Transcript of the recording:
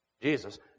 Jesus